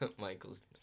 Michael's